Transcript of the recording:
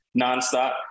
nonstop